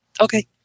okay